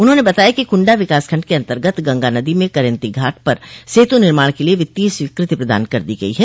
उन्होंने बताया कि कुंडा विकासखंड के अन्तर्गत गंगा नदी में करेन्ती घाट पर सेतु निर्माण के लिए वित्तीय स्वीकृति प्रदान कर दी गई है